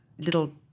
little